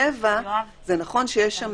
7 זה נכון שיש שם